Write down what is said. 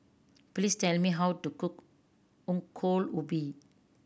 please tell me how to cook Ongol Ubi